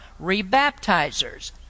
rebaptizers